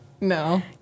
No